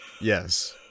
Yes